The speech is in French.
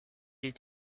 est